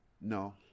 No